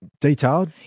Detailed